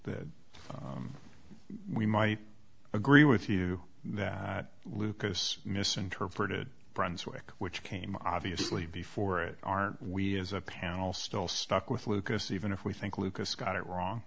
that we might agree with you that lucas misinterpreted brunswick which came obviously before it aren't we as a panel still stuck with lucas even if we think lucas got it wrong